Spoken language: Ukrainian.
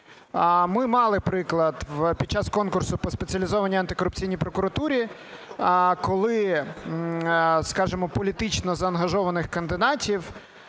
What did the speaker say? Ми мали приклад під час конкурсу по Спеціалізованій антикорупційній прокуратурі, коли, скажемо, політично заангажованих кандидатів